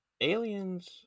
aliens